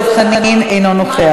חבר הכנסת דב חנין, אינו נוכח.